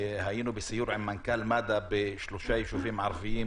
הינו בסיור עם מנכ"ל מד"א בשלושה יישובים ערביים